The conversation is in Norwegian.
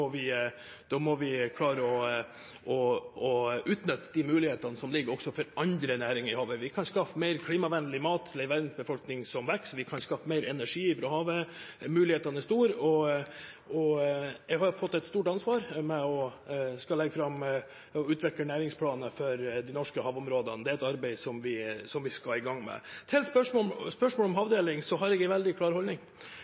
da må vi klare å utnytte de mulighetene som ligger også for andre næringer i havet. Vi kan skaffe mer klimavennlig mat til en verdensbefolkning som vokser, vi kan skape mer energi fra havet. Mulighetene er store. Jeg har fått et stort ansvar med å skulle legge fram og utvikle næringsplaner for de norske havområdene. Det er et arbeid som vi skal i gang med. Til spørsmålet om